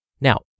Now